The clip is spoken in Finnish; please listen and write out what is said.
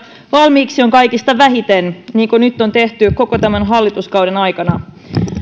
valmiiksi on kaikista vähiten niin kuin nyt on tehty koko tämän hallituskauden aikana